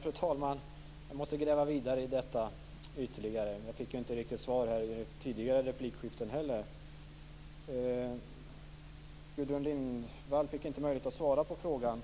Fru talman! Jag måste gräva vidare i detta. Jag fick inget riktigt svar i det tidigare replikskiftet heller. Gudrun Lindvall fick inte möjlighet att svara på frågan